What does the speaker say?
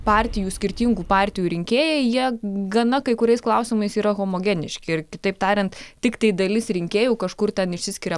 partijų skirtingų partijų rinkėjai jie gana kai kuriais klausimais yra homogeniški ir kitaip tariant tiktai dalis rinkėjų kažkur ten išsiskiria